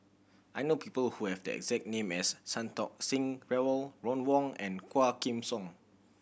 I know people who have the exact name as Santokh Singh Grewal Ron Wong and Quah Kim Song